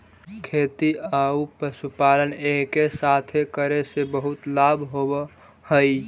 खेती आउ पशुपालन एके साथे करे से बहुत लाभ होब हई